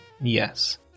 Yes